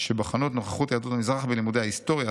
שבחנו את נוכחות יהדות המזרח בלימודי ההיסטוריה,